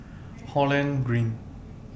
Holland Green